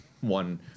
one